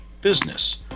business